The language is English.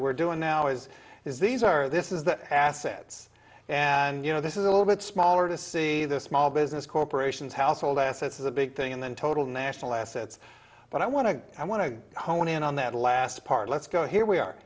we're doing now is is these are this is the assets and you know this is a little bit smaller to see the small business corporations household assets is a big thing and then total national assets but i want to i want to hone in on that last part let's go here we are